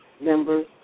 members